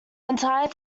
entire